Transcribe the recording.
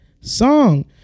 song